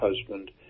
husband